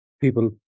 people